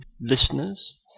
listeners